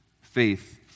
faith